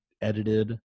edited